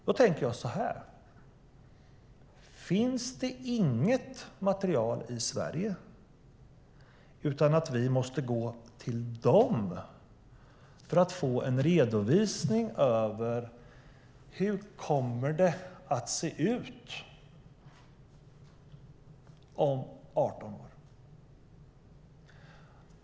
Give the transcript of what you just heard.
Då tänker jag så här: Finns det inget material i Sverige utan att vi måste gå till dem för att få en redovisning av hur det kommer att se ut om 18 år?